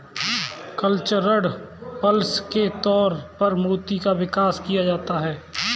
cultured pearls के तौर पर मोती का विकास किया जाता है